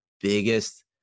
biggest